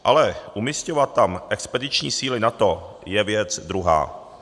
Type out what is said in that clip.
Ale umisťovat tam expediční síly NATO je věc druhá.